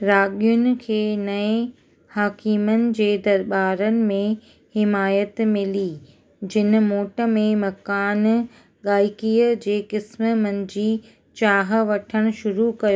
राॻियुनि खे नए हाक़िमनि जे दरॿारनि में हिमाइत मिली जिन मोट में मकान ॻाइकीअ जे क़िस्म मंझि चाहु वठणु शुरू कयो